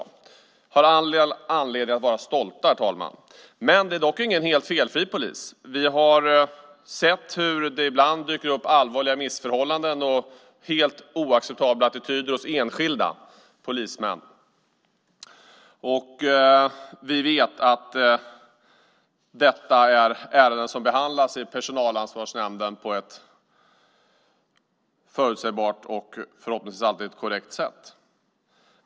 Vi har all anledning att vara stolta, herr talman. Det är dock ingen helt felfri polis. Vi har sett hur det ibland dyker upp allvarliga missförhållanden och helt oacceptabla attityder hos enskilda polismän, och vi vet att detta är ärenden som behandlas i personalansvarsnämnden på ett förutsägbart och förhoppningsvis alltid korrekt sätt.